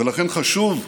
ולכן חשוב,